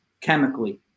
chemically